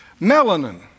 Melanin